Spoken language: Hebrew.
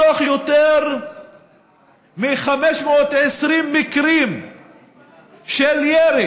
מתוך יותר מ-520 מקרים של ירי